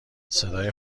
صدای